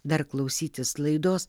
dar klausytis laidos